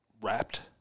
wrapped